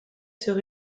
sur